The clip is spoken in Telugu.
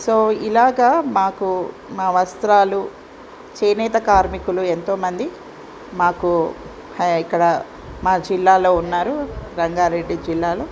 సో ఇలాగ మాకు మా వస్త్రాలు చేనేత కార్మికులు ఎంతో మంది మాకు ఇక్కడ మా జిల్లాలో ఉన్నారు రంగారెడ్డి జిల్లాలో